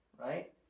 right